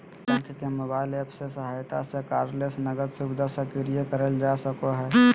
bank के mobile app के सहायता से कार्डलेस नकद सुविधा सक्रिय करल जा सको हय